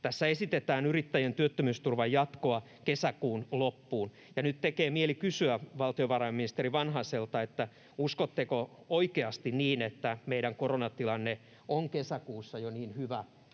Tässä esitetään yrittäjien työttömyysturvan jatkoa kesäkuun loppuun, ja nyt tekee mieli kysyä valtiovarainministeri Vanhaselta: Uskotteko oikeasti, että meidän koronatilanne on kesäkuussa jo niin hyvä,